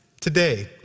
Today